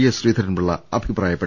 S Sreedharan Pillai അഭിപ്രായപ്പെട്ടു